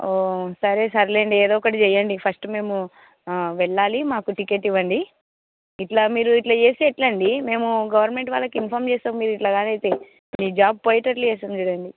okay సరే సర్లేండి ఏదో ఒకటి చేయండి ఫస్ట్ మేము వెళ్ళాలి మాకు టికెట్ ఇవ్వండి ఇట్లా మీరు ఇట్లా చేసే ఎట్లండి మేము గవర్నమెంట్ వాళ్ళకి ఇన్పార్మ్ చేస్తాం మీరు ఇట్లా కాదు అయితే మీ జాబ్ పోయేటట్టు చేస్తాం చూడండి